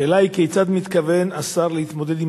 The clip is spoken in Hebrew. השאלה היא: כיצד מתכוון השר להתמודד עם